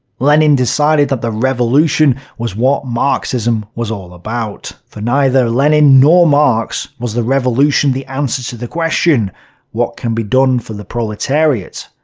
lenin decided that the revolution was what marxism was all about. for neither lenin nor marx was the revolution the answer to the question what can be done for the proletariat?